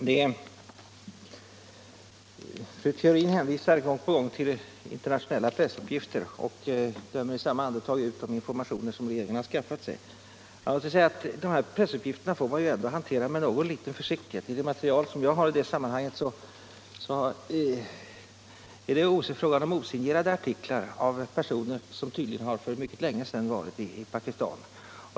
Herr talman! Fru Theorin hänvisar gång på gång till internationella pressuppgifter och dömer i samma andetag ut de informationer som regeringen har skaffat sig. De här pressuppgifterna får man ändå hantera med något litet försiktighet. Det material jag har utgörs av osignerade artiklar av personer, som tydligen för mycket länge sedan varit i Pakistan.